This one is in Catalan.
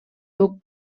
duc